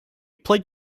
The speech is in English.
played